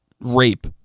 rape